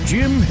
Jim